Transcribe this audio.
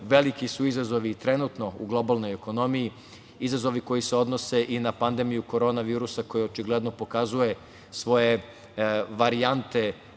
veliki su izazovi trenutno u globalnoj ekonomiji, izazovi koji se odnose i na pandemiju korona virusa koja očigledno pokazuje svoje varijante